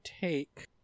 take